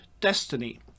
destiny